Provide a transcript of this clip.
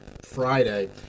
Friday